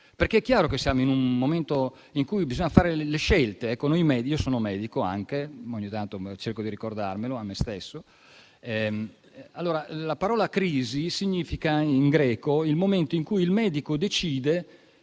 perché è chiaro che siamo in un momento in cui bisogna fare le scelte. Io sono anche medico - ogni tanto cerco di ricordarlo a me stesso - e la parola "crisi" in greco indica il momento in cui il medico decide